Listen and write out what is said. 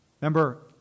Remember